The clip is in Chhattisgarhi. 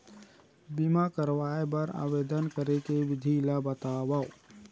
बीमा करवाय बर आवेदन करे के विधि ल बतावव?